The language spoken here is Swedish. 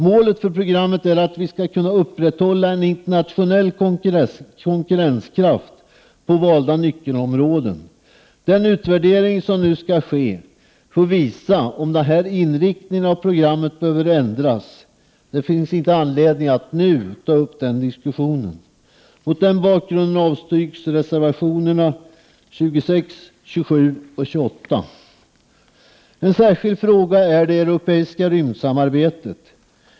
Målet för programmet är att vi skall kunna upprätthålla en internationell konkurrenskraft på valda nyckelområden. Den utvärdering som nu skall ske får visa om programmets inriktning behöver ändras. Det finns inte nu anledning att ta upp den diskussionen. En särskild fråga är det europeiska rymdsamarbetet.